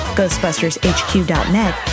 ghostbustershq.net